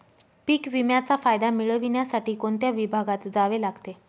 पीक विम्याचा फायदा मिळविण्यासाठी कोणत्या विभागात जावे लागते?